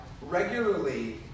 regularly